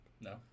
No